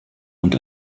und